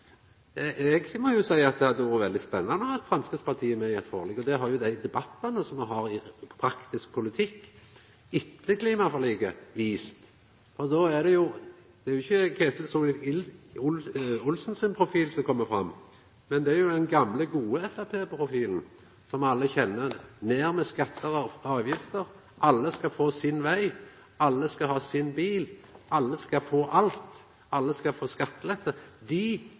Eg må seia at det hadde vore veldig spennande å ha med Framstegspartiet i eit forlik, og det har dei debattane som me har hatt i praktisk politikk etter klimaforliket, vist. Det er jo ikkje Ketil Solvik-Olsen sin profil som kjem fram, men den gamle, gode framstegspartiprofilen, som alle kjenner – ned med skattar og avgifter, alle skal få sin veg, alle skal ha sin bil, alle skal få alt, alle skal få skattelette!